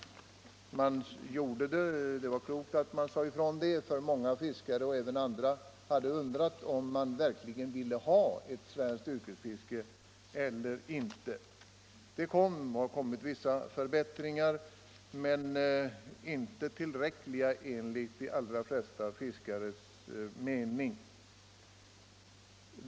Det var klokt att säga det därför att många fiskare och även andra hade undrat om regeringen verkligen ville ha något svenskt yrkesfiske. Sedan dess har det blivit vissa förbättringar, men inte tillräckliga enligt de allra flesta fiskares mening.